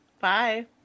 Bye